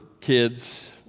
kids